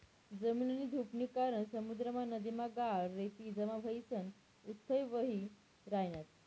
जमीननी धुपनी कारण समुद्रमा, नदीमा गाळ, रेती जमा व्हयीसन उथ्थय व्हयी रायन्यात